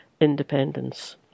independence